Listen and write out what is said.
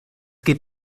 geht